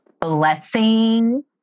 Blessing